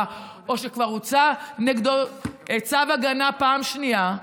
או שכבר הוצא נגדו צו הגנה פעם שנייה.